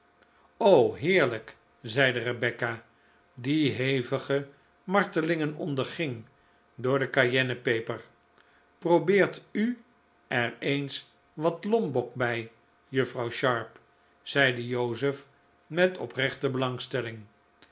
heerlijk zeide rebecca die hevige martelingen onderging door de cayennepeper probeert u er eens wat lombok bij juffrouw sharp zeide joseph met oprechte belangstelling